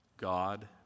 God